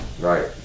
Right